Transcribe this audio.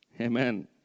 Amen